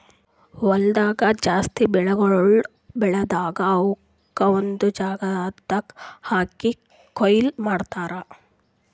ಹೊಲ್ದಾಗ್ ಜಾಸ್ತಿ ಬೆಳಿಗೊಳ್ ಬೆಳದಾಗ್ ಅವುಕ್ ಒಂದು ಜಾಗದಾಗ್ ಹಾಕಿ ಕೊಯ್ಲಿ ಮಾಡ್ತಾರ್